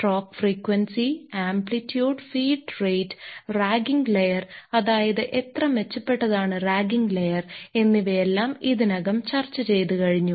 stroke frequency amplitude feed rate ragging layer അതായത് എത്ര മെച്ചപ്പെട്ടതാണ് റാഗിങ് ലെയർ എന്നിവയെല്ലാം ഇതിനകം ചർച്ച ചെയ്തു കഴിഞ്ഞു